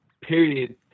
period